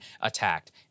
attacked